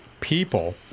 people